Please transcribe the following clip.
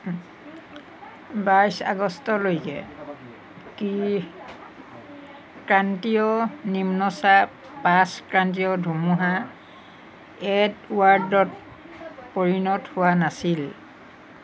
বাইশ আগষ্টলৈকে কি ক্ৰান্তীয় নিম্নচাপ পাঁচ ক্ৰান্তীয় ধুমুহা এডৱাৰ্ডৱত পৰিণত হোৱা নাছিল